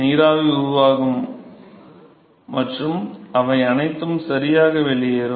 நீராவி உருவாகும் மற்றும் அவை அனைத்தும் சரியாக வெளியேறும்